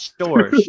sure